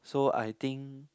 so I think